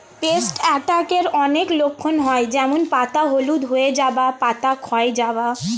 paste অ্যাটাকের অনেক লক্ষণ হয় যেমন পাতা হলুদ হয়ে যাওয়া, পাতা ক্ষয় যাওয়া